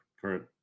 current